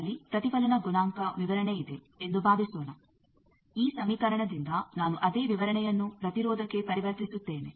ನನ್ನಲ್ಲಿ ಪ್ರತಿಫಲನ ಗುಣಾಂಕ ವಿವರಣೆಯಿದೆ ಎಂದು ಭಾವಿಸೋಣ ಈ ಸಮೀಕರಣದಿಂದ ನಾನು ಅದೇ ವಿವರಣೆಯನ್ನು ಪ್ರತಿರೋಧಕ್ಕೆ ಪರಿವರ್ತಿಸುತ್ತೇನೆ